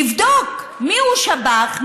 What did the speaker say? לבדוק מיהו שב"ח,